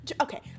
Okay